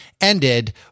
ended